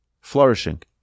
Flourishing